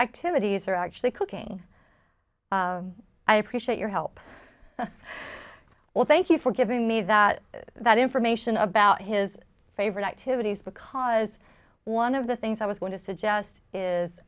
activities are actually cooking i appreciate your help well thank you for giving me that that information about his favorite activities because one of the things i was going to suggest is